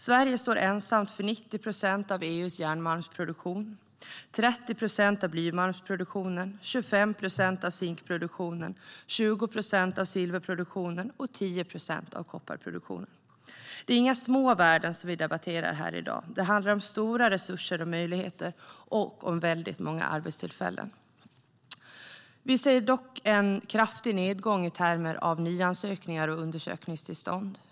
Sverige står ensamt för 90 procent av EU:s järnmalmsproduktion, 30 procent av blymalmsproduktionen, 25 procent av zinkproduktionen, 20 procent av silverproduktionen och 10 procent av kopparproduktionen. Det är inga små värden vi debatterar här i dag; det handlar om stora resurser och möjligheter - och väldigt många arbetstillfällen. Vi ser dock en kraftig nedgång i termer av nyansökningar och undersökningstillstånd.